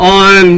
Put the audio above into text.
on